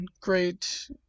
great